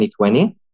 2020